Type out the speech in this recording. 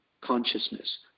Consciousness